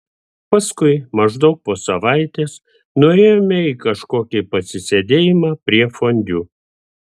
paskui maždaug po savaitės nuėjome į kažkokį pasisėdėjimą prie fondiu